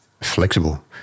Flexible